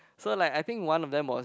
so like I think one of them was